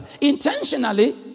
intentionally